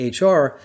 HR